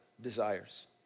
desires